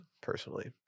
personally